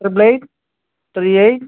triple eight three eight